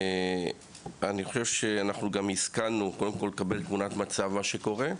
אני חושב שאנחנו השכלנו לקבל תמונת מצב על מה שקורה,